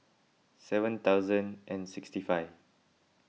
seven thousand and sixty five